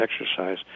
exercise